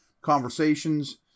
conversations